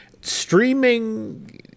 streaming